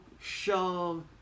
shove